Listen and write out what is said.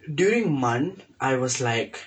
during MUN I was like